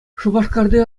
шупашкарти